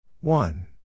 one